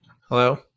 Hello